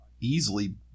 easily